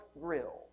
Grill